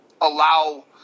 allow